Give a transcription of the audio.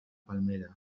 palmera